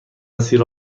مسیر